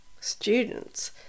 students